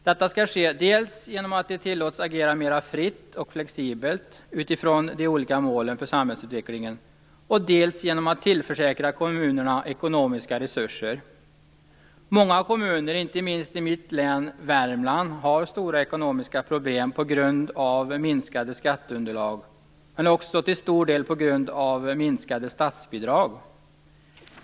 Detta skall ske dels genom att kommunerna tillåts agera mera fritt och flexibelt utifrån de olika målen för samhällsutvecklingen, dels genom att kommunerna tillförsäkras ekonomiska resurser. Många kommuner - inte minst i mitt län, Värmland - har stora ekonomiska problem på grund av minskade skatteunderlag, men också till stor del på grund av minskade statsbidrag.